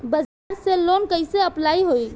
बजाज से लोन कईसे अप्लाई होई?